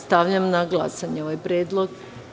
Stavljam na glasanje ovaj predlog.